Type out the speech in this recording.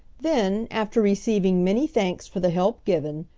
then, after receiving many thanks for the help given,